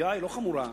שהפגיעה היא לא חמורה,